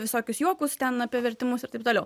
visokius juokus ten apie vertimus ir taip toliau